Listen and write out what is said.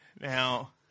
Now